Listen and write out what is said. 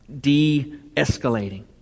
de-escalating